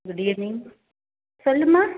good evening சொல்லுமா